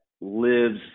lives